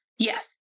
Yes